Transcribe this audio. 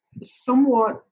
somewhat